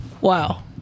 Wow